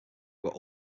were